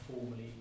formally